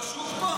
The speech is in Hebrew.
זה לא שוק פה?